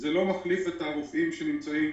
זה לא מחליף את הרופאים שנמצאים